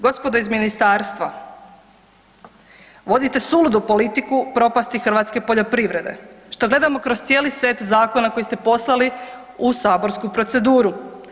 Gospodo iz ministarstva vodite suludu politiku propasti hrvatske poljoprivrede što gledamo kroz cijeli set zakona koji ste poslali u saborsku proceduru.